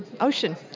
ocean